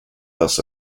thus